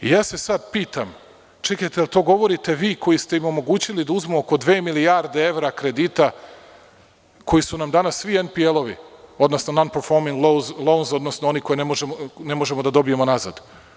Ja se sada pitam – čekajte, jel to govorite vi koji ste im omogućili da uzmu oko dve milijarde evra kredita koji su nam danas svi NPL, odnosno Nonperforming loans, odnosno oni koje ne možemo da dobijemo nazad.